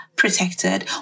protected